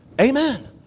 Amen